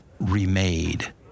remade